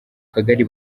kagari